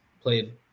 played